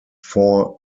four